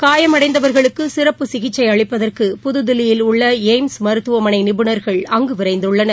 காயமடைந்தவர்களுக்கு சிறப்பு சிசிச்சை அளிப்பதற்கு புதுதில்லியில் உள்ள எய்ம்ஸ் மருத்துவமனை நிபுணர்கள் அங்கு விரைந்துள்ளனர்